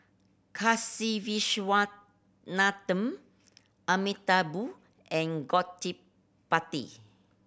Kasiviswanathan Amitabh and Gottipati